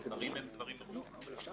והדברים הם דברים חשובים.